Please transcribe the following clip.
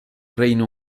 reino